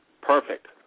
perfect